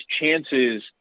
chances